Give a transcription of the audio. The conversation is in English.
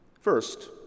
First